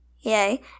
yay